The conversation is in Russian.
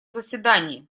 заседании